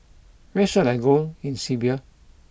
where should I go in Serbia